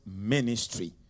ministry